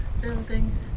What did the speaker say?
building